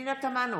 פנינה תמנו,